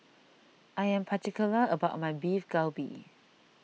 I am particular about my Beef Galbi